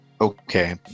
okay